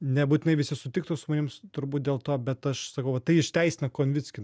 nebūtinai visi sutiktų su manim turbūt dėl to bet aš sakau kad tai išteisina konvickį